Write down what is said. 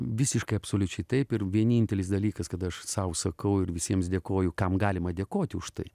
visiškai absoliučiai taip ir vienintelis dalykas kada aš sau sakau ir visiems dėkoju kam galima dėkoti už tai